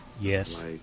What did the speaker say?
Yes